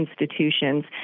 institutions